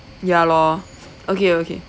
ya lor okay okay